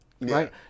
right